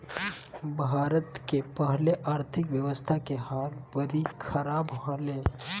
भारत के पहले आर्थिक व्यवस्था के हाल बरी ख़राब हले